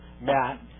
Matt